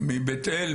מבית אל?